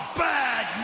bad